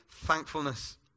thankfulness